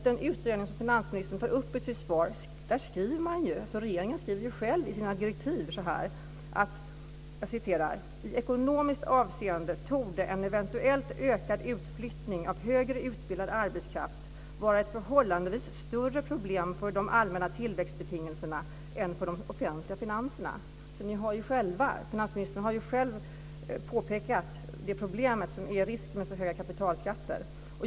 Den utredning som finansministern tar upp i sitt svar skriver - och regeringen skriver själv i direktiven - att i ekonomiskt avseende torde en eventuellt ökad utflyttning av högre utbildad arbetskraft vara ett förhållandevis större problem för de allmänna tillväxtbetingelserna än för de offentliga finanserna. Finansministern har alltså själv påpekat det problem som är risken med för höga kapitalskatter.